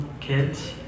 kids